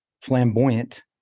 flamboyant